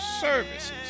services